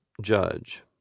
judge